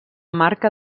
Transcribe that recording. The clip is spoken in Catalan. marca